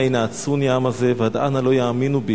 ינאצֻני העם הזה ועד אנה לא יאמינו בי".